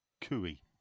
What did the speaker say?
Cooey